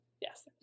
Yes